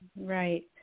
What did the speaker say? Right